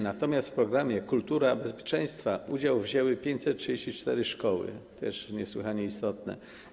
Natomiast w programie „Kultura bezpieczeństwa” udział wzięły 534 szkoły, to też niesłychanie istotne.